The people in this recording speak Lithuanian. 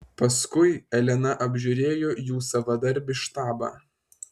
paskui elena apžiūrėjo jų savadarbį štabą